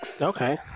Okay